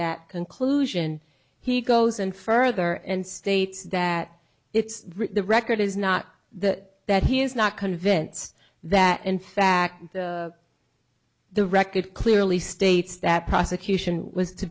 that conclusion he goes and further and states that its record is not that that he is not convinced that in fact the record clearly states that prosecution was to